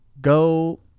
go